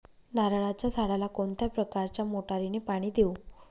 नारळाच्या झाडाला कोणत्या प्रकारच्या मोटारीने पाणी देऊ?